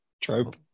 trope